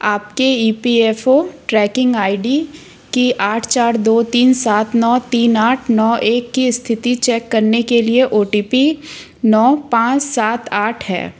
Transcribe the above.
आपके E P F O tracking I D की आठ आठ चार दो तीन सात नौ तीन आठ नौ एक की स्थिति चेक करने के लिए ओ टी पी नौ पाँच सात आठ है